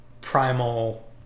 primal